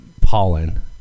pollen